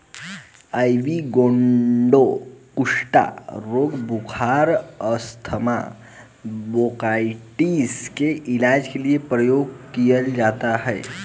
ivy gourd कुष्ठ रोग, बुखार, अस्थमा, ब्रोंकाइटिस के इलाज के लिए प्रयोग किया जाता है